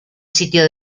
sitio